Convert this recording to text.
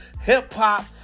hip-hop